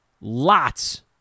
lots